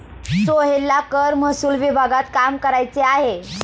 सोहेलला कर महसूल विभागात काम करायचे आहे